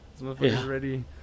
ready